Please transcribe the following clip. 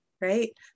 right